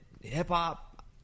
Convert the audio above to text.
hip-hop